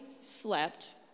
slept